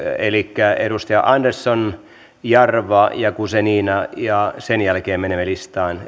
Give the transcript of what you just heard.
elikkä edustajat andersson jarva ja guzenina ja sen jälkeen menemme listaan